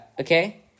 okay